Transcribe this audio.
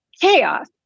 chaos